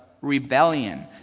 rebellion